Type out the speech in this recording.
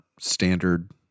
standard